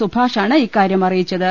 സുഭാഷാണ് ഇക്കാര്യം അറിയിച്ചത്